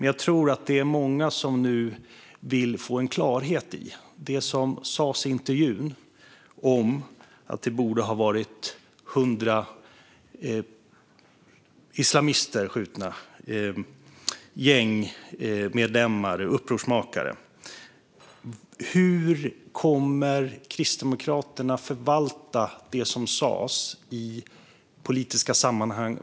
Jag tror att det är många som nu vill få en klarhet i det som sas i intervjun om att det borde ha varit hundra skjutna islamister, gängmedlemmar, upprorsmakare. Hur kommer Kristdemokraterna att förvalta det som sas i politiska sammanhang?